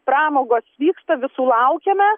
pramogos vyksta visų laukiame